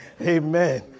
Amen